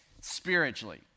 spiritually